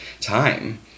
time